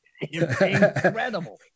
incredible